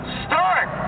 start